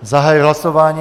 Zahajuji hlasování.